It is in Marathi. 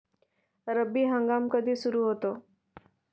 रब्बी हंगाम कधी सुरू होतो?